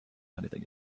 anything